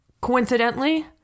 coincidentally